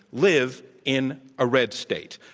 live in a red state,